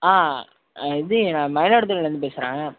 ஆ இது நான் மயிலாடுதுறையில இருந்து பேசுகிறேன்